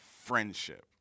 friendship